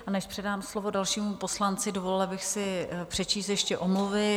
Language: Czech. A než předám slovo dalšímu poslanci, dovolila bych si přečíst ještě omluvy.